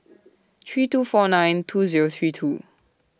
three two four nine two Zero three two